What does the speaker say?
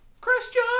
Christian